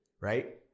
right